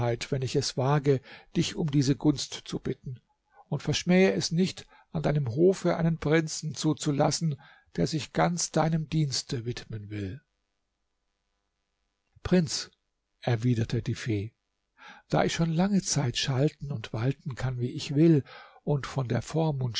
wenn ich es wage dich um diese gunst zu bitten und verschmähe es nicht an deinem hofe einen prinzen zuzulassen der sich ganz deinem dienste widmen will prinz erwiderte die fee da ich schon lange zeit schalten und walten kann wie ich will und von der